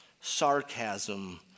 sarcasm